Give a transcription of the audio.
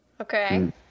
Okay